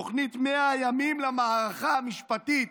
תוכנית 100 הימים למהפכה המשפטית,